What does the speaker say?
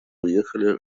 уехали